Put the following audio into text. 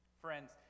Friends